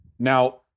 Now